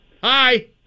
Hi